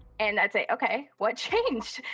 and i'd say, okay, what changed?